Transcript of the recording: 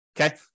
Okay